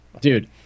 dude